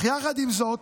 עם זאת,